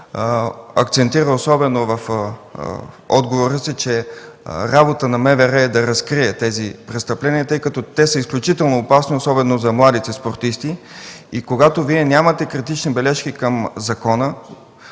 акцентира особено в отговора си, че работа на МВР е да разкрие тези престъпления, тъй като те са изключително опасни, особено за младите спортисти. Когато Вие нямате критични бележки към закона,